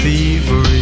Fever